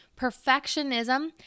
perfectionism